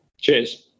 Cheers